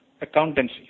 accountancy